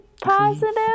positive